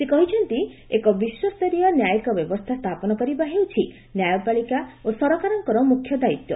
ସେ କହିଛନ୍ତି ଏକ ବିଶ୍ୱସ୍ତରୀୟ ନ୍ୟାୟିକ ବ୍ୟବସ୍ଥା ସ୍ଥାପନ କରିବା ହେଉଛି ନ୍ୟାୟପାଳିକା ଓ ସରକାରଙ୍କର ମୃଖ୍ୟ ଦାୟିତ୍ୱ